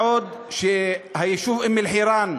בעוד היישוב אום-אלחיראן,